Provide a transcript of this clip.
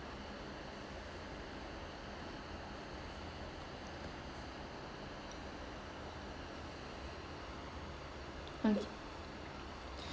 okay